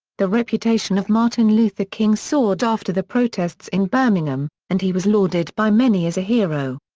the reputation of martin luther king soared after the protests in birmingham, and he was lauded by many as a hero.